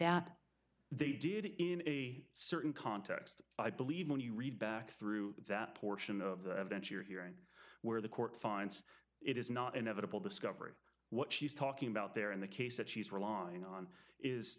that they did it in a certain context i believe when you read back through that portion of the evidence you're hearing where the court finds it is not inevitable discovery what she's talking about there in the case that she's relying on is